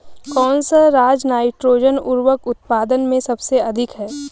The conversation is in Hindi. कौन सा राज नाइट्रोजन उर्वरक उत्पादन में सबसे अधिक है?